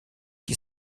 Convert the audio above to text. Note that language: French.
qui